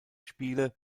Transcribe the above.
spiele